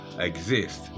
exist